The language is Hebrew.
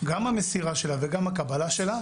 גם המסירה שלה וגם הקבלה שלה,